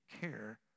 care